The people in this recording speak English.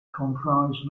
comprised